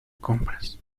compras